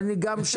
התקבל פה אחד.